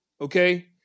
okay